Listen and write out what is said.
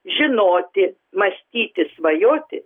žinoti mąstyti svajoti